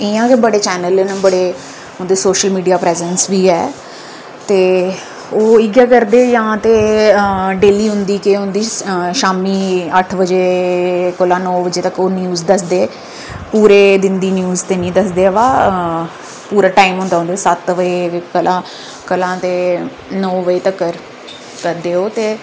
इ'यां गै बड़े चैनल न बड़े उं'दे सोशल मिडिया प्रैसैंस बी ऐ ते ओह् इ'यै करदे जां ते डेह्ली औंदी केह् होंदी शामी अट्ठ बजे कोला नौ बजे तक्कर न्यूज दस्सदे पूरे दिन दी न्यूज ते नेई दस्सदे न अवा पूरा टाइम होंदा उनें सत्त बजे कोला नौ बजे तक्कर करदे ओह् ते